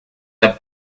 the